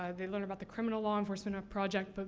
um they learn about the criminal law enforcement project. but